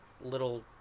little